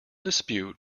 dispute